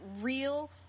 real